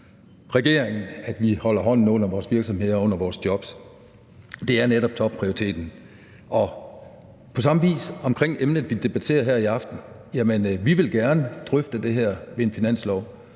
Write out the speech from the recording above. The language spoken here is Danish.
regeringen at holde hånden under vores virksomheder og under vores jobs. Det er netop topprioriteten. Det er på samme vis med emnet, vi debatterer her i aften. Vi vil gerne drøfte det her i forbindelse